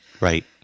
Right